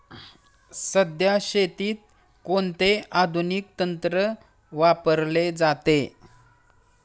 सध्या शेतीत कोणते आधुनिक तंत्र वापरले जाते?